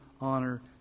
honor